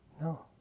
No